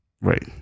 Right